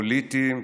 פוליטיים,